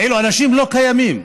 כאילו אנשים לא קיימים.